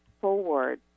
forward